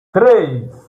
três